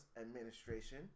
administration